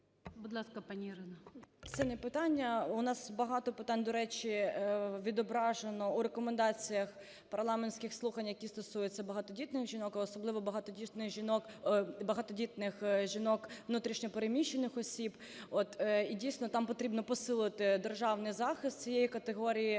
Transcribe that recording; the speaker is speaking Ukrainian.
Це не питання. У нас багато питань, до речі, відображено у рекомендаціях парламентських слухань, які стосуються багатодітних жінок, і особливо багатодітних жінок - внутрішньо переміщених осіб. І дійсно, там потрібно посилити державний захист цієї категорії